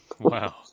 Wow